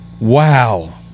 Wow